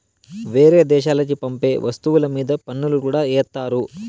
వేరే దేశాలకి పంపే వస్తువుల మీద పన్నులు కూడా ఏత్తారు